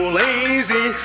lazy